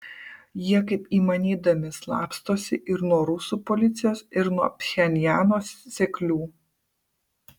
jie kaip įmanydami slapstosi ir nuo rusų policijos ir nuo pchenjano seklių